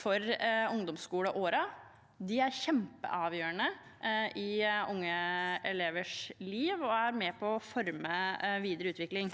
for ungdomsskoleårene. De er kjempeavgjørende i unge elevers liv og er med på å forme videre utvikling.